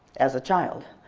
as a child,